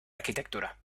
arquitectura